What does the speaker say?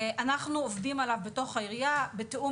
אנחנו עובדים עליו בתוך העירייה בתיאום